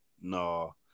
No